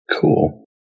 Cool